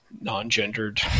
non-gendered